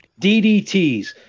DDTs